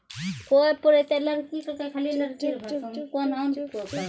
लालचन के डेयरी के प्रबंधन एतना अच्छा छै कि होकरा एक आदर्श डेयरी के तमगा मिललो छै